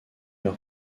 leur